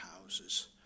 houses